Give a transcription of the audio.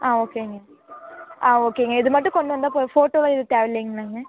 ஆ ஓகேங்க ஆ ஓகேங்க இது மட்டும் கொண்டு வந்தால் போதும் ஃபோட்டோலாம் எதுவும் தேவை இல்லைங்களாங்க